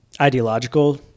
ideological